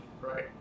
Right